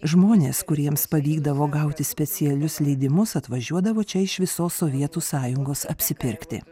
žmonės kuriems pavykdavo gauti specialius leidimus atvažiuodavo čia iš visos sovietų sąjungos apsipirkti